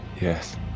Yes